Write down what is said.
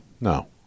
No